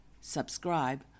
subscribe